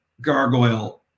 gargoyle